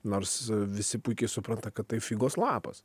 nors visi puikiai supranta kad tai figos lapas